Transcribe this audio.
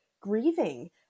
grieving